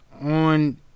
on